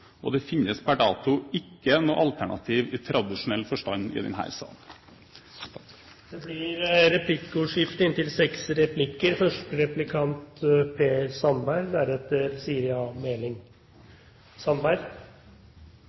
og det finnes per dato ikke noe alternativ i tradisjonell forstand i denne salen. Det blir replikkordskifte.